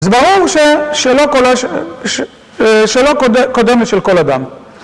זה ברור שלו קודמת של כל אדם.